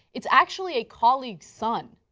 it is actually a colleagueis son.